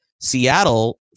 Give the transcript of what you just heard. Seattle